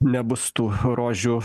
nebus tų rožių